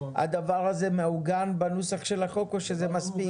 הדבר הזה מעוגן בנוסח של החוק או שזה מספיק?